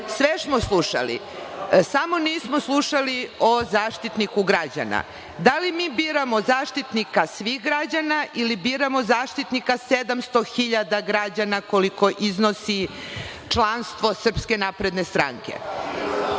Sve smo slušali, samo nismo slušali o zaštitniku građana. Da li mi biramo Zaštitnika svih građana ili biramo zaštitnika 700.000 građana koliko iznosi članstvo SNS? To bih